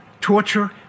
torture